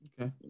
Okay